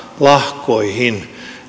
lahkoihin